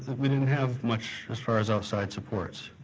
we didn't have much as far as outside supports.